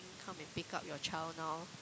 come and pick up your child now